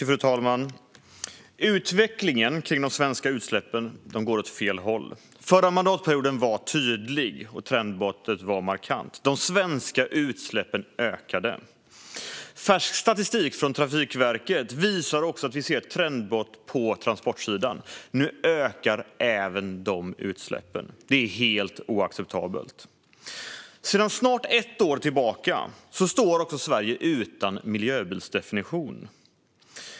Fru talman! Utvecklingen när det gäller de svenska utsläppen går åt fel håll. Förra mandatperioden var tydlig, och trendbrottet var markant: De svenska utsläppen ökade. Färsk statistik från Trafikverket visar också ett trendbrott på transportsidan. Nu ökar även de utsläppen. Det är helt oacceptabelt! Sedan snart ett år tillbaka står Sverige utan miljöbilsdefinition.